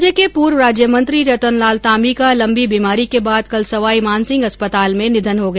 राज्य के पूर्व राज्यमंत्री रतनलाल ताम्बी का लम्बी बीमारी के बाद कल सवाई मानसिंह अस्पताल में निधन हो गया